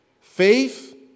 Faith